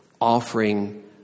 offering